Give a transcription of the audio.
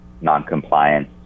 noncompliance